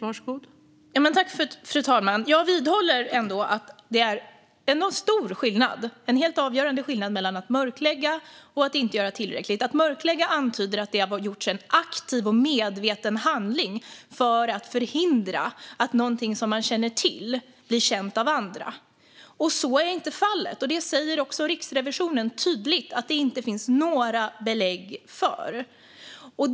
Fru talman! Jag vidhåller att det finns en stor och helt avgörande skillnad mellan att mörklägga och att inte göra tillräckligt. Den som talar om mörkläggning antyder att det har gjorts en aktiv och medveten handling för att förhindra att någonting som man känner till blir känt av andra. Så är inte fallet, och Riksrevisionen säger också tydligt att det inte finns några belägg för detta.